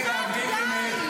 אני להבדיל ממך,